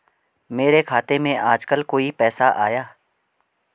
मेरे खाते में आजकल कोई पैसा आया?